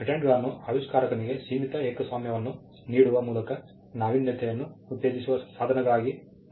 ಪೇಟೆಂಟ್ಗಳನ್ನು ಆವಿಷ್ಕಾರಕನಿಗೆ ಸೀಮಿತ ಏಕಸ್ವಾಮ್ಯವನ್ನು ನೀಡುವ ಮೂಲಕ ನಾವೀನ್ಯತೆಯನ್ನು ಉತ್ತೇಜಿಸುವ ಸಾಧನಗಳಾಗಿ ನೋಡಲಾಗುತ್ತದೆ